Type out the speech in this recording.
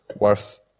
worth